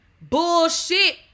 bullshit